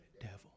devil